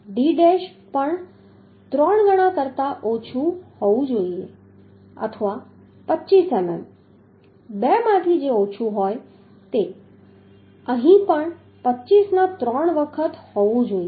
d' પણ ત્રણ ગણા કરતાં ઓછું હોવું જોઈએ અથવા 25 મીમી બેમાંથી જે ઓછું હોય તે અહીં પણ 25ના ત્રણ વખત હોવું જોઈએ